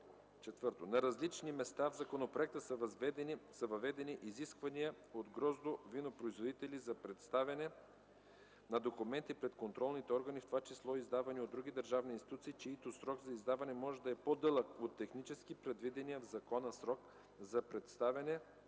4. На различни места в законопроекта са въведени изисквания за гроздо- и винопроизводители за представяне на документи пред контролните органи, в това число издавани от други държавни институции, чийто срок за издаване може да е по дълъг от технически предвидения в закона срок за представяне